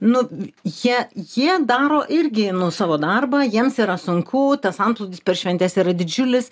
nu jie jie daro irgi nu savo darbą jiems yra sunku tas antplūdis per šventes yra didžiulis